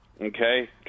Okay